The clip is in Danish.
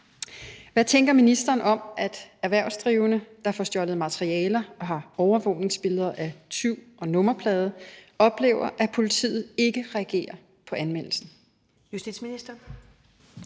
Hvad tænker ministeren om, at erhvervsdrivende, der får stjålet materialer og har overvågningsbilleder af tyv og nummerplade, oplever, at politiet ikke reagerer på anmeldelsen? Første næstformand